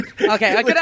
Okay